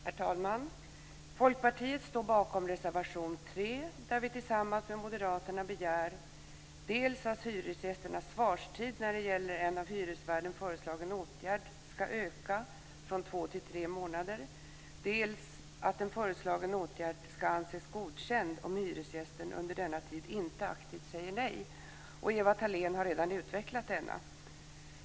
Herr talman! Folkpartiet står bakom reservation 3, där vi tillsammans med Moderaterna begär dels att hyresgästernas svarstid när det gäller en av hyresvärden föreslagen åtgärd ska öka från två till tre månader, dels att en föreslagen åtgärd ska anses godkänd om hyresgästen under denna tid inte aktivt säger nej. Ewa Thalén har redan utvecklat detta.